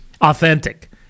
authentic